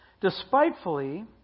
despitefully